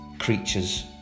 creatures